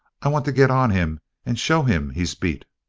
i want to get on him and show him he's beat.